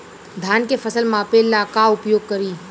धान के फ़सल मापे ला का उपयोग करी?